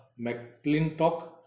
McClintock